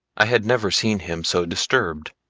i had never seen him so disturbed.